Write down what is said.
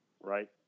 right